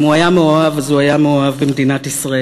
אם הוא היה מאוהב, אז הוא היה מאוהב במדינת ישראל,